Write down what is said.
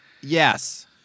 yes